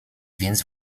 więc